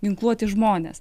ginkluoti žmonės